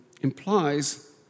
implies